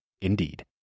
Indeed